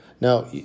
Now